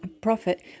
profit